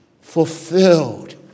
fulfilled